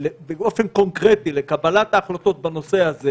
באופן קונקרטי לקבלת ההחלטות בנושא הזה